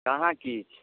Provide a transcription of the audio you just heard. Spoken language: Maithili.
कहाँ किछु